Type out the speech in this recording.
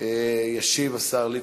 להפוך את זה להצעה לסדר-היום,